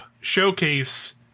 showcase